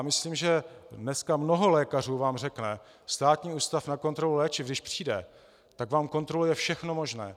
Myslím, že dneska mnoho lékařů vám řekne: Státní ústav pro kontrolu léčiv když přijde, tak vám kontroluje všechno možné.